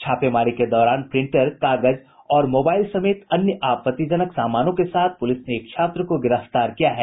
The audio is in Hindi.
छापेमारी के दौरान प्रिंटर कागज और मोबाईल समेत अन्य आपत्तिजनक सामानों के साथ पुलिस ने एक छात्र को गिरफ्तार किया है